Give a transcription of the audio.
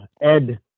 ed